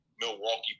Milwaukee